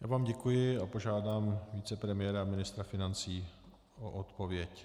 Já vám děkuji a požádám vicepremiéra a ministra financí o odpověď.